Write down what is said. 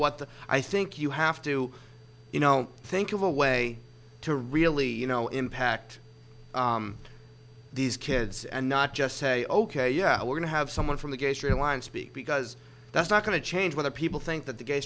what i think you have to you know think of a way to really you know impact these kids and not just say ok yeah we're going to have someone from the gay straight alliance speak because that's not going to change whether people think that the gay